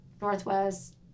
northwest